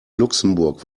luxemburg